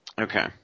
Okay